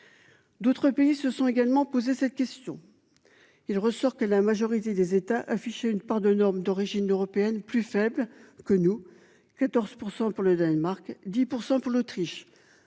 D'autres pays se sont également poser cette question. Il ressort que la majorité des États afficher une part de normes d'origine européenne plus faible que nous. 14% pour le Danemark 10% pour l'Autriche.